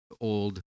old